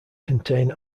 contain